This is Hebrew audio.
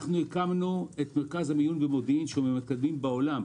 אנחנו הקמנו מרכז מיון במודיעין מהמתקדמים בעולם.